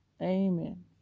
Amen